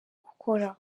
gukora